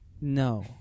No